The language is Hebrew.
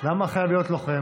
למה הוא חייב להיות לוחם?